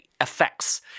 effects